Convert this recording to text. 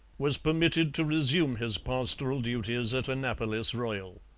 was permitted to resume his pastoral duties at annapolis royal.